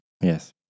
Yes